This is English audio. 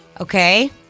Okay